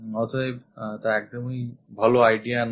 অতএব তা একদমই ভালো idea নয়